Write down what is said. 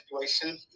situation